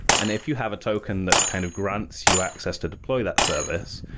and if you have a token that kind of grants you access to deploy that service,